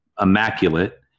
immaculate